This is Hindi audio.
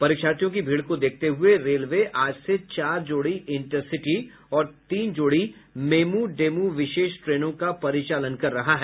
परीक्षार्थियों की भीड़ को देखते हुये रेलवे आज से चार जोड़ी इंटरसिटी और तीन जोड़ी मेम् डेम् विशेष ट्रेनों का परिचालन कर रहा है